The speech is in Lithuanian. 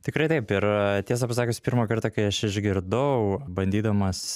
tikrai taip ir a tiesą pasakius pirmą kartą kai aš išgirdau bandydamas